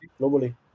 globally